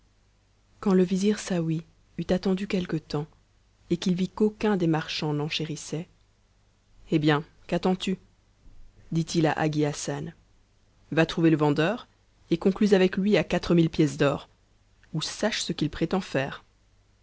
quand le vizir saouy eut attendu quelque temps et qu'il vit qu'aucuo des marchands n'enchérissait hé bien qu'attends-tu dit-il à hasi hassan va trouver le vendeur et conclus avec lui à quatre mille pièces d'or ou sache ce qu'il prétend faire